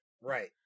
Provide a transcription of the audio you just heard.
Right